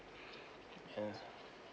ya